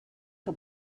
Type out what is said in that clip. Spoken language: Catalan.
que